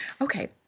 Okay